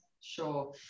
Sure